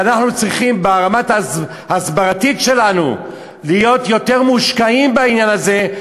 ואנחנו צריכים ברמה ההסברתית שלנו להיות יותר מושקעים בעניין הזה,